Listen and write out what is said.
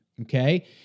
Okay